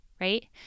right